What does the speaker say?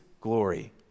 glory